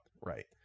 Right